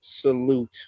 salute